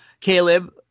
Caleb